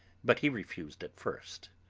but he refused at first.